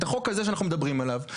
את החוק הזה שאנחנו מדברים עליו,